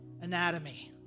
anatomy